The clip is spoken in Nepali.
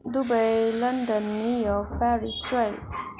Dubai London New York Paris स्वेक